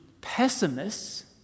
pessimists